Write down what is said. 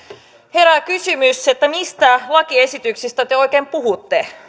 herää kysymys mistä lakiesityksestä te oikein puhutte